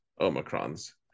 Omicron's